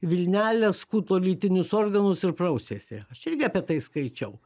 vilnelę skuto lytinius organus ir prausėsi aš irgi apie tai skaičiau